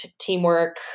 teamwork